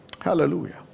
Hallelujah